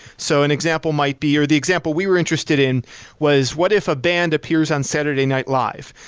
so an example might be, or the example we were interested in was what if a band appears on saturday night live?